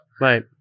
Right